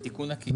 כתיקון עקיף.